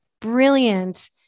brilliant